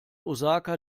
osaka